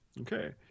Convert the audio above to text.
Okay